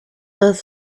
earth